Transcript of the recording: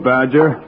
Badger